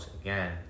again